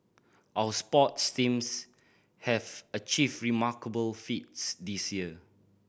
our sports teams have achieved remarkable feats this year